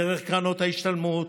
דרך קרנות ההשתלמות,